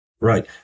Right